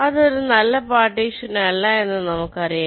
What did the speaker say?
അത് ഒരു നല്ല പാർട്ടീഷൻ അല്ല എന്ന് നമുക്കറിയാം